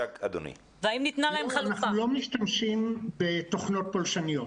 אנחנו לא משתמשים בתוכנות פולשניות.